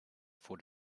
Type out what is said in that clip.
for